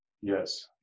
yes